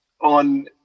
on